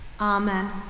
Amen